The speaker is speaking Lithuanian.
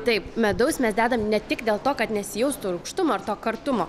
taip medaus mes dedam ne tik dėl to kad nesijaustų rūgštumo ar to kartumo